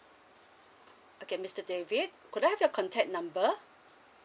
okay mister david could I have your contact number